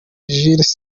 jules